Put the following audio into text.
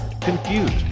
confused